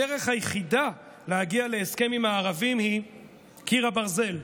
הדרך היחידה להגיע להסכם עם הערבים היא קיר ברזל,